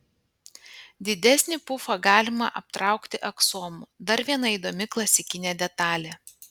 didesnį pufą galima aptraukti aksomu dar viena įdomi klasikinė detalė